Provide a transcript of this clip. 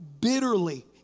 bitterly